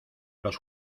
los